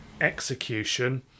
execution